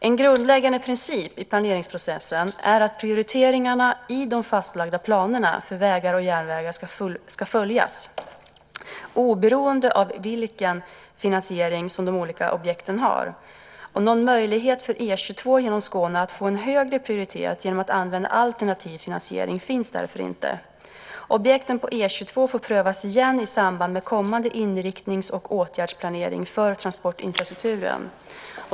En grundläggande princip i planeringsprocessen är att prioriteringarna i de fastlagda planerna för vägar och järnvägar ska följas, oberoende av vilken finansiering som de olika objekten har. Någon möjlighet för E 22 genom Skåne att få en högre prioritet genom att använda alternativ finansiering finns därför inte. Objekten på E 22 får prövas igen i samband med kommande inriktnings och åtgärdsplanering för transportinfrastrukturen.